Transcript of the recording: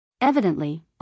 Evidently